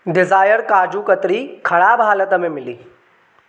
desire kaju katli ख़राब हालत में मिली